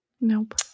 Nope